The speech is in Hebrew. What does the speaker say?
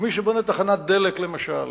מי שבונה תחנת דלק, למשל